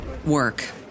Work